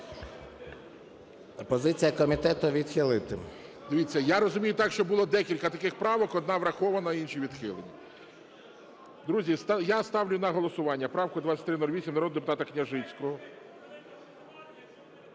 Позиція комітету - відхилити. ГОЛОВУЮЧИЙ. Дивіться, я розумію так, що було декілька таких правок, одна врахована, інші - відхилені. Друзі, я ставлю на голосування правку 2308, народного депутата Княжицького.